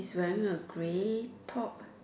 he's wearing a grey top